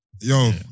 Yo